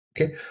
Okay